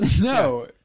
No